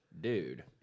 Dude